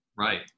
Right